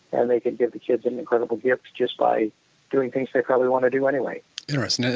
and they can give the kids an incredible gift just by doing things they probably want to do anyway interesting.